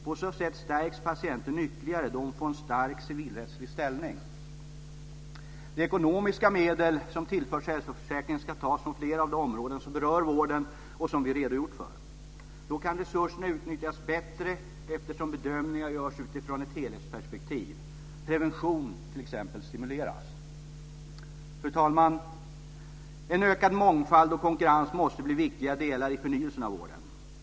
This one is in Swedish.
På så sätt stärks patienten ytterligare, då hon får en stark civilrättslig ställning. De ekonomiska medel som tillförs hälsoförsäkringen ska tas från flera av de områden som berör vården och som vi redogjort för. Då kan resurserna utnyttjas bättre eftersom bedömningar görs utifrån ett helhetsperspektiv. Prevention, t.ex., stimuleras. Fru talman! En ökad mångfald och konkurrens måste bli viktiga delar i förnyelsen av vården.